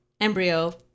embryo